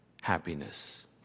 happiness